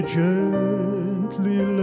gently